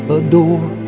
adore